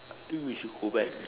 I think we should go back